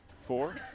four